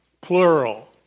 plural